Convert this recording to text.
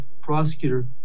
prosecutor